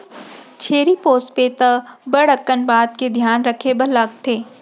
छेरी पोसबे त बड़ अकन बात के धियान रखे बर लागथे